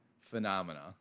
phenomena